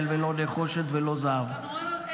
ולא נחושת ולא זהב ----- גורם אנושי,